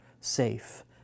safe